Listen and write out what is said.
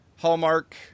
Hallmark